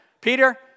Peter